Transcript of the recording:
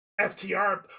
FTR